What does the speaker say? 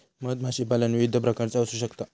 मधमाशीपालन विविध प्रकारचा असू शकता